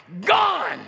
Gone